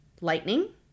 Lightning